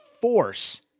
force